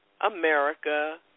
America